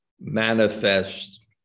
manifest